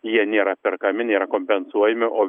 jie nėra perkami nėra kompensuojami o